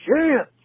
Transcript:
chance